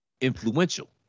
influential